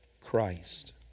Christ